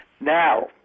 Now